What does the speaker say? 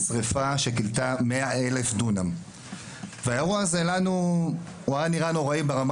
שירפה שכילתה 100 אלף דונם והאירוע הזה לנו הוא היה נראה נוראי ברמה